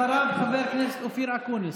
אחריו, חבר הכנסת אופיר אקוניס.